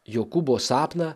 jokūbo sapną